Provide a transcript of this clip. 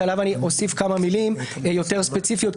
שעליו אני אוסיף כמה מילים יותר ספציפיות,